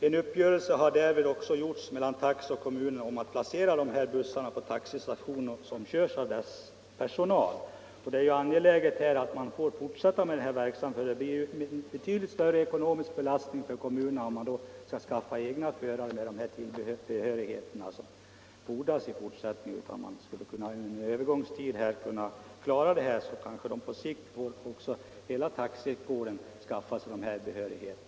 En uppgörelse har därvid också träffats mellan taxi och kommunerna om att placera de bussar som körs av taxipersonal på taxistationer. Det är angeläget att verksamheten får fortsätta, för det blir betydligt större ekonomisk belastning på kommunerna om dessa skall skaffa egna förare med den behörighet som fordras i fortsättningen. Vi bör under en övergångstid få dispens för dessa körningar och på sikt få andra regler när det gäller fordon av denna typ.